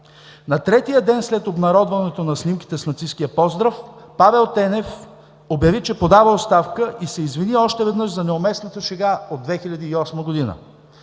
На третия ден след обнародването на снимките с нацисткия поздрав Павел Тенев обяви, че подава оставка и се извини още веднъж за неуместната шега от 2008 г.